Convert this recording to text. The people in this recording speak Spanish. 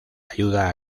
ayuda